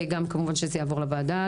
כמובן שזה גם יעבור לוועדה.